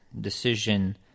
decision